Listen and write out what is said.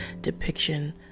depiction